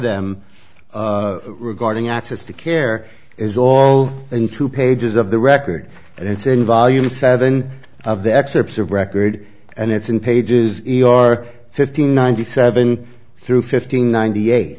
them regarding access to care is all in two pages of the record and it's in volume seven of the excerpts of record and it's in pages or fifteen ninety seven through fifteen ninety eight